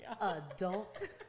adult